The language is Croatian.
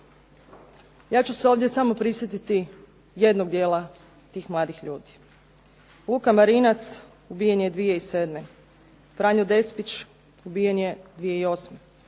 Ja ću se ovdje samo prisjetiti jednog dijela tih mladih ljudi. Luka Marinac ubijen je 2007., Franjo Despić ubijen je 2008.,